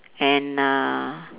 and uh